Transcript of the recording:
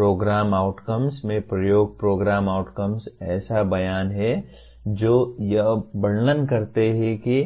programme outcome में programme outcome ऐसे बयान हैं जो यह वर्णन करते हैं कि